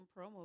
promo